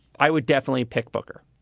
i would definitely pick booker.